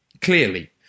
Clearly